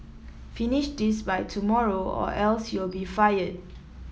finish this by tomorrow or else you'll be fired